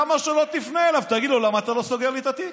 למה שלא תפנה אליו ותגיד לו: למה אתה לא סוגר לי את התיק?